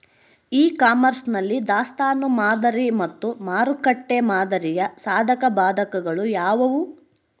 E commerce ನಲ್ಲಿ ದಾಸ್ತನು ಮಾದರಿ ಮತ್ತು ಮಾರುಕಟ್ಟೆ ಮಾದರಿಯ ಸಾಧಕಬಾಧಕಗಳು ಯಾವುವು?